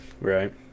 Right